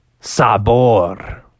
Sabor